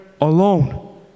alone